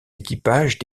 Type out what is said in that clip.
équipages